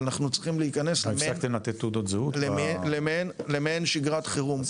אבל אנחנו צריכים להיכנס למעין שגרת חירום.